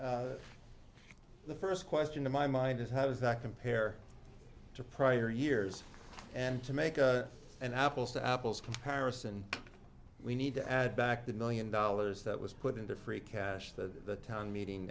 so the first question in my mind is how does that compare to prior years and to make an apples to apples comparison we need to add back the million dollars that was put in to free cash the town meeting